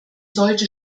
sollte